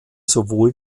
sowohl